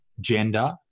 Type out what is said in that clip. gender